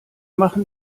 machen